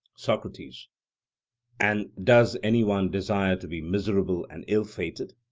socrates and does any one desire to be miserable and ill-fated?